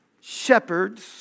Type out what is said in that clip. shepherds